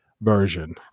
version